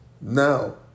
now